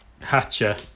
Hatcher